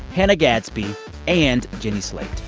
hannah gadsby and jenny slate.